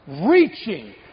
Reaching